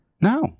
No